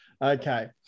Okay